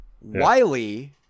Wiley